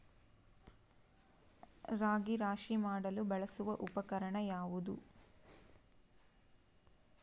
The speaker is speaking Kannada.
ರಾಗಿ ರಾಶಿ ಮಾಡಲು ಬಳಸುವ ಉಪಕರಣ ಯಾವುದು?